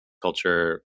culture